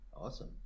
Awesome